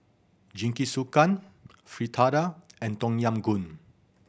Jingisukan Fritada and Tom Yam Goong